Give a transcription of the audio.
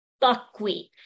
buckwheat